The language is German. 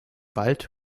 wald